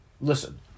Listen